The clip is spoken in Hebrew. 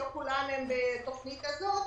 לא כולם הם בתוכנית הזאת.